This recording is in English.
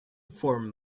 form